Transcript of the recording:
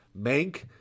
Mank